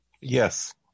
Yes